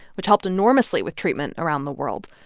which helped enormously with treatment around the world.